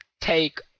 take